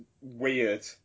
weird